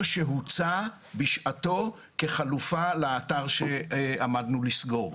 שהוצע בשעתו כחלופה לאתר שעמדנו לסגור.